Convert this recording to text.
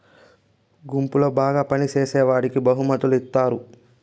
గుంపులో బాగా పని చేసేవాడికి బహుమతులు ఇత్తారు